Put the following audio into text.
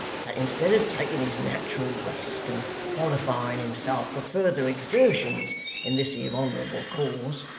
that instead of taking his nat'ral rest and qualifying himself for further exertions in this here honourable cause,